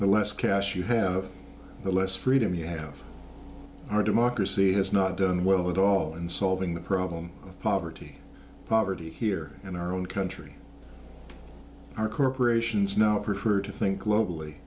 the less cash you have the less freedom you have our democracy has not done well at all in solving the problem of poverty poverty here in our own country our corporations now prefer to think globally